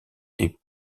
est